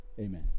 amen